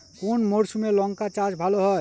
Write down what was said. কোন মরশুমে লঙ্কা চাষ ভালো হয়?